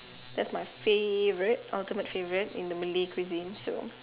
that's my favourite ultimate favourite in the Malay cuisine so